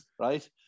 right